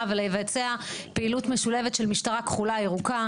ולבצע פעילות משולבת של משטרה כחולה ירוקה.